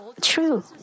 true